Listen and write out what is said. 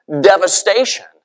devastation